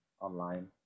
online